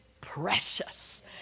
precious